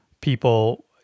people